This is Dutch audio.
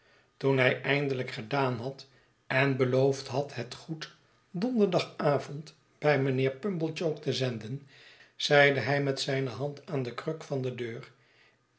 toen hij eindelijk gedaan had en beloofd had het goed donderdagavond bij mijnheer pumblechook te zendeh zeide hij met zijne hand aan de kruk van de deur